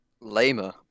Lamer